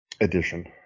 edition